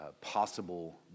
possible